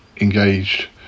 engaged